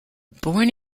born